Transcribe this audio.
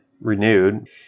renewed